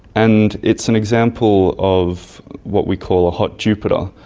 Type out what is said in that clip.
and it's an example of what we call a hot jupiter,